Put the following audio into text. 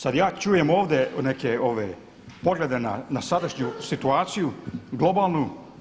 Sad ja čujem ovdje neke ove poglede na sadašnju situaciju globalnu.